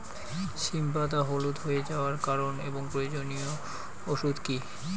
সিম পাতা হলুদ হয়ে যাওয়ার কারণ এবং প্রয়োজনীয় ওষুধ কি?